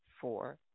four